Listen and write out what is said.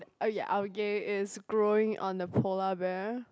uh ya algae is growing on the polar bear